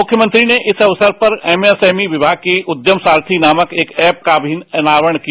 मुख्यमंत्री ने इस अवसर पर एमएसएमई विभाग की उद्यम सारथी नामक एक ऐप का अनवारण किया